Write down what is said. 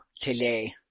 today